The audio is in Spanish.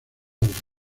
del